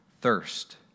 thirst